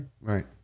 right